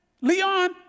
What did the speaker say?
Leon